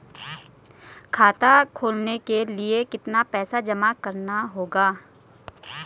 खाता खोलने के लिये कितना पैसा जमा करना होगा?